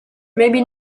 maybe